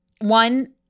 one